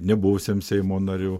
nebuvusiam seimo nariu